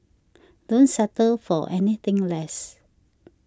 don't settle for anything less